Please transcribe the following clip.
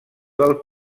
del